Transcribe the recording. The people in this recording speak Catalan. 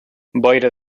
boira